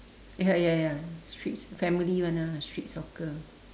ya ya ya streets family one ah street soccer